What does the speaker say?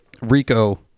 Rico